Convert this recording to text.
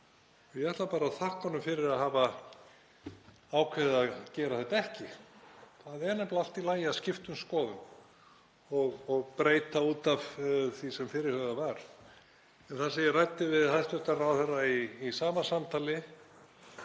ég ætla bara að þakka honum fyrir að hafa ákveðið að gera þetta ekki. Það er nefnilega allt í lagi að skipta um skoðun og breyta út af því sem fyrirhugað var. Það sem ég ræddi við hæstv. ráðherra í sama samtali